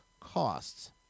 costs